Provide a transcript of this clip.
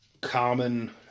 common